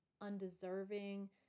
undeserving